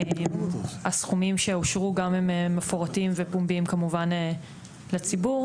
הסכומים שאושרו גם הם מפורטים ופומביים כמובן לציבור.